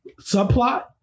subplot